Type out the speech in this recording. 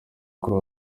kuri